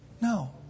No